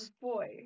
boy